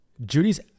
Judy's